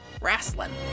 wrestling